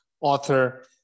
author